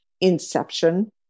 Inception